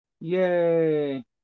Yay